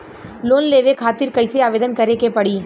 Loan लेवे खातिर कइसे आवेदन करें के पड़ी?